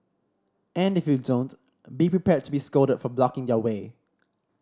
and if you don't be prepared to be scolded for blocking their way